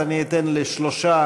אני אתן לשלושה,